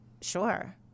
Sure